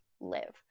live